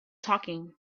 talking